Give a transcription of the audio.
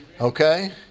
okay